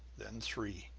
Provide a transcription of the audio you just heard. then three.